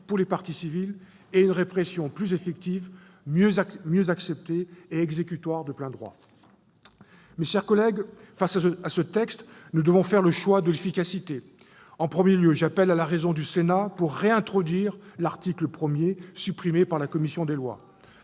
pour les parties civiles et une répression plus effective, mieux acceptée et exécutoire de plein droit. Mes chers collègues, face à ce texte, nous devons faire le choix de l'efficacité. Tout d'abord, j'appelle le Sénat à la raison pour qu'il réintroduise l'article 1, supprimé par la commission des lois.